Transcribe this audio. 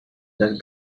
that